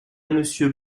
monsieur